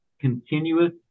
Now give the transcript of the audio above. continuous